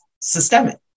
systemic